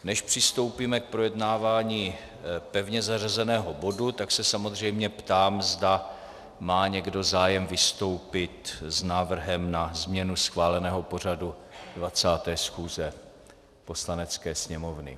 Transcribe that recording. Než přistoupíme k projednávání pevně zařazeného bodu, tak se samozřejmě ptám, zda má někdo zájem vystoupit s návrhem na změnu schváleného pořadu 20. schůze Poslanecké sněmovny.